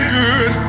good